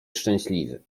szczęśliwy